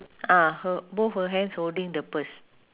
ah her both her hands holding the purse